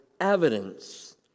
evidence